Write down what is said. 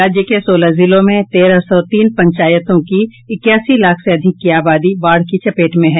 राज्य के सोलह जिलों में तेरह सौ तीन पंचायतों की इक्यासी लाख से अधिक की आबादी बाढ़ की चपेट में है